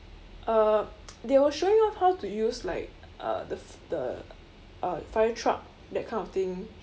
uh they were showing off how to use like uh the the uh fire truck that kind of thing